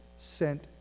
sent